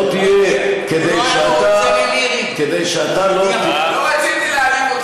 כדי שאתה לא, לא רציתי להעליב אותך.